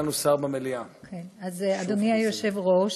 אדוני היושב-ראש,